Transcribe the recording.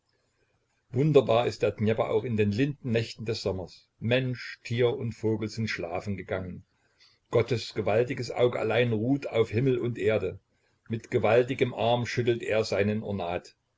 wunderbar ist der dnjepr auch in den linden nächten des sommers mensch tier und vogel sind schlafen gegangen gottes gewaltiges auge allein ruht auf himmel und erde mit gewaltigem arm schüttelt er seinen ornat